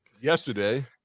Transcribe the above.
yesterday